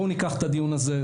בואו ניקח את הדיון הזה,